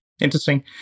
Interesting